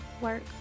work